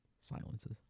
silences